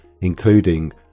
including